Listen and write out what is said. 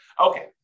Okay